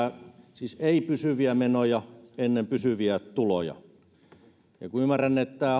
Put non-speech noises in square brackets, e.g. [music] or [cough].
siis että ei pysyviä menoja ennen pysyviä tuloja kun ymmärrän että [unintelligible]